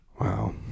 Wow